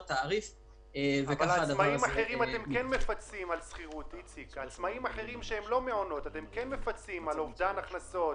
את העצמאיים האחרים שהם לא מעונות אתם כן מפצים על אובדן הכנסות,